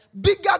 bigger